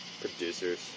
Producers